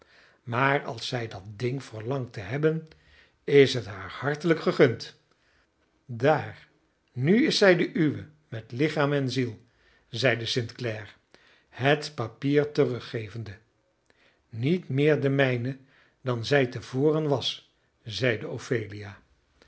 maar als zij dat ding verlangt te hebben is het haar hartelijk gegund daar nu is zij de uwe met lichaam en ziel zeide st clare het papier teruggevende niet meer de mijne dan zij te voren was zeide ophelia